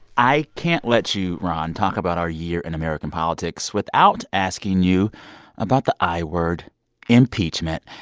i can't let you, ron, talk about our year in american politics without asking you about the i-word impeachment.